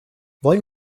wollen